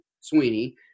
Sweeney